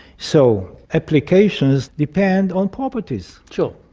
so applications depend on properties. sure,